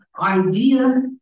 idea